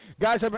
Guys